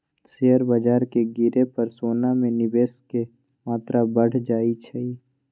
share बाजार के गिरे पर सोना में निवेश के मत्रा बढ़ जाइ छइ